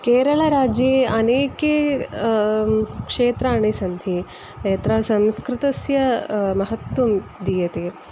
केरळराज्ये अनेकानि क्षेत्राणि सन्ति यत्र संस्कृतस्य महत्त्वं दीयते